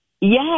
Yes